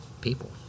people